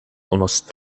almost